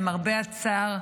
למרבה הצער,